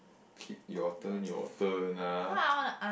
K your turn your turn ah